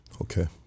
Okay